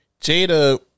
Jada